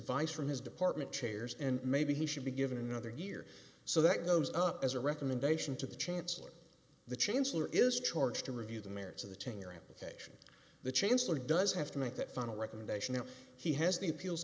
from his department chairs and maybe he should be given another year so that goes up as a recommendation to the chancellor the chancellor is charged to review the merits of the tenure implication the chancellor does have to make that final recommendation that he has the appeals